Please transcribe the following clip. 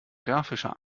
grafischer